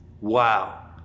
wow